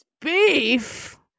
Beef